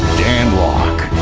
dan lok.